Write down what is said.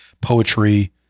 poetry